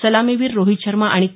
सलामीवीर रोहीत शर्मा आणि के